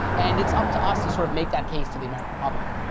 and it's up to us to sort of make that case to the american public.